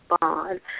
bond